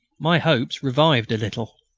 my hopes revived a little.